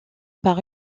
par